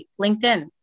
LinkedIn